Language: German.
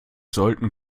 sollten